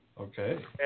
Okay